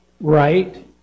Right